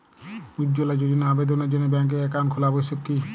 উজ্জ্বলা যোজনার আবেদনের জন্য ব্যাঙ্কে অ্যাকাউন্ট খোলা আবশ্যক কি?